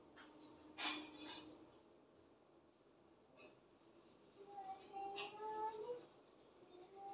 समुद्री कृषि प्रजातियों की प्रमुख श्रेणियां समुद्री शैवाल, मोलस्क, क्रस्टेशियंस और फिनफिश हैं